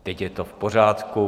Teď je to v pořádku.